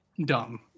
dumb